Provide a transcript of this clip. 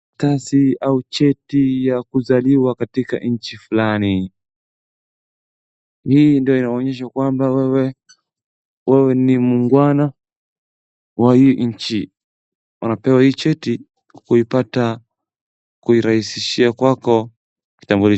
Karatasi au cheti ya kuzaliwa katika nchi fulani. Hii ndiyo inaonesha kwamba wewe ni mugwana wa hii nchi. Wanapewa hii cheti kuipata kuirahisishia kwako kitambulisho.